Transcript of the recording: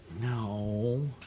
No